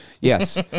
Yes